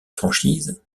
franchise